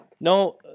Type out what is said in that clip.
No